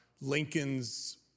Lincoln's